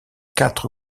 quatre